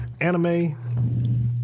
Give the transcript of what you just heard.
anime